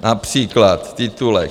Například titulek.